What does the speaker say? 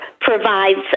provides